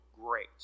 great